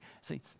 See